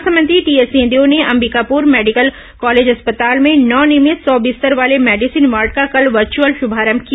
स्वास्थ्य मंत्री टीएस सिंहदेव ने अंबिकापुर मेडिकल कॉलेज अस्पताल में नव निर्मित सौ बिस्तर वाले मेडिसीन वार्ड का कल वर्चुअल शुभारंभ किया